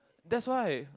that's why